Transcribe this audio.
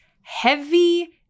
Heavy